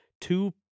two